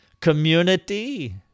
community